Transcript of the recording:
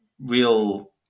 real